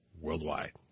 Worldwide